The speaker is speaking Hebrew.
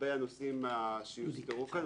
לגבי הנושאים שהוזכרו כאן.